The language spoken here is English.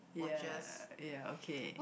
ya ya okay